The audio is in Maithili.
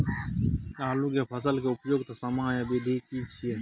आलू के फसल के उपयुक्त समयावधि की छै?